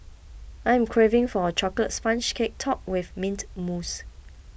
I am craving for a Chocolate Sponge Cake Topped with Mint Mousse